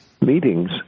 meetings